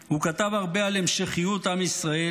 הוא כתב הרבה על המשכיות עם ישראל,